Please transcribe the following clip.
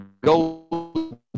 go